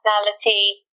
personality